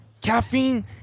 caffeine